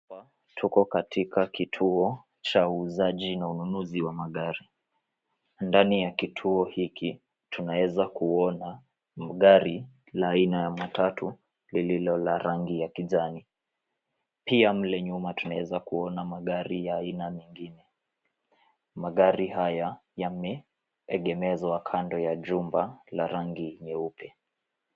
Hapa tuko katika kituo cha uuzaji na ununuzi wa magari. Ndani ya kituo hiki tunaweza kuona gari la aina ya matatu lililo rangi ya kijani. Pia mle nyuma tunaweza kuona magari ya aina mengine. Magari haya yameegemezwa kando ya jumba la rangi nyeupe.